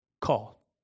call